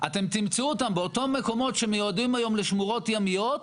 אתם תמצאו אותם באותם מקומות שמיועדים היום לשמורות ימיות,